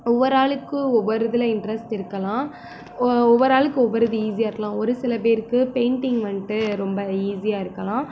ஒவ்வொரு ஆளுக்கு ஒவ்வொரு இதில் இன்ட்ரெஸ்ட் இருக்கலாம் ஒவ்வொரு ஆளுக்கு ஒவ்வொரு இது ஈஸியாக இருக்கலாம் ஒரு சில பேருக்கு பெயிண்டிங் வந்துட்டு ரொம்ப ஈஸியாக இருக்கலாம்